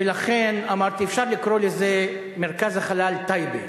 לכן אמרתי, אפשר לקרוא לזה "מרכז החלל טייבה",